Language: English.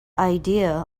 idea